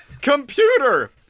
Computer